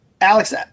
Alex